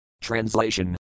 Translation